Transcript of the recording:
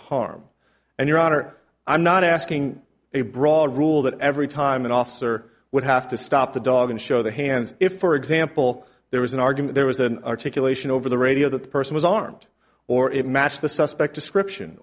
harm and your honor i'm not asking a broad rule that every time an officer would have to stop the dog and show the hands if for example there was an argument there was an articulation over the radio that the person was armed or it matched the suspect description